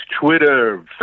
Twitter